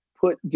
put